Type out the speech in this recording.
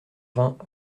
vingt